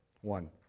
One